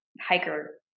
hiker